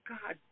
God